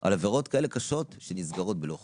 על עבירות כאלה קשות שנסגרות בלא כלום.